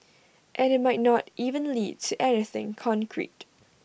and IT might not even lead to anything concrete